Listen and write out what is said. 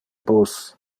bus